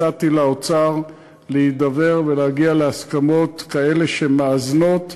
הצעתי לאוצר להידבר ולהגיע להסכמות כאלה שמאזנות.